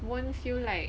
won't feel like